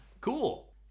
cool